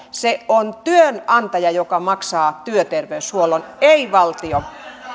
se on työnantaja joka maksaa työterveyshuollon ei valtio